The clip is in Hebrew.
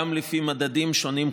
גם לפי מדדים שונים,